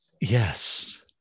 Yes